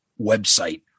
website